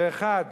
ואחד